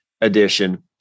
edition